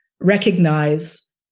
recognize